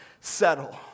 settle